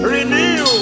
Renew